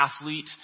athlete